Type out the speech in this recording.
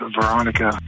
Veronica